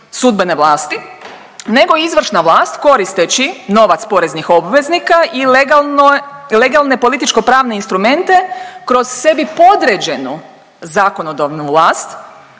sudbene vlasti, nego izvršna vlast koristeći novac poreznih obveznika i legalno, legalne političko-pravne instrumente kroz sebi podređenu zakonodavnu vlast